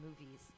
movies